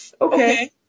Okay